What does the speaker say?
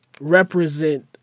represent